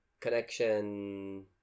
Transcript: connection